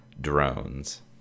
drones